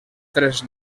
tres